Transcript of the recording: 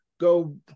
go